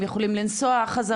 הם יכולים לנסוע חזרה.